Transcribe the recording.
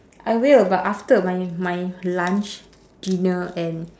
I will but after my my lunch dinner and